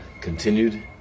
continued